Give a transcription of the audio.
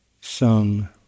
sung